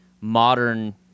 modern